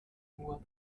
nur